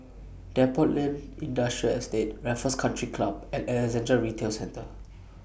Depot Lane Industrial Estate Raffles Country Club and Alexandra Retail Centre